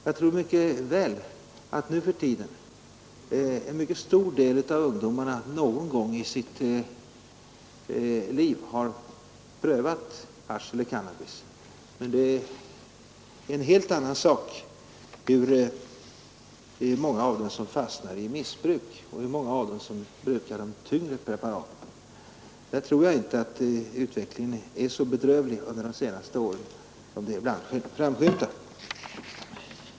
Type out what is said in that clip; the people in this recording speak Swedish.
Jag tror mycket väl att en stor del av ungdomarna nu för tiden någon gång i sitt liv har prövat hasch eller cannabis, men det är en helt annan sak hur många av dem som fastnar i missbruk och hur många av dem som brukar de tyngre preparaten. Där tror jag inte att utvecklingen är så bedrövlig under de senaste åren som det ibland framskymtar.